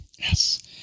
Yes